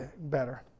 better